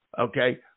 okay